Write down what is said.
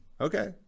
Okay